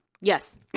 Yes